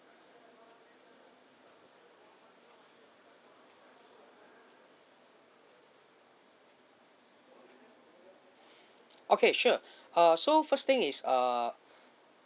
okay sure err so first thing is uh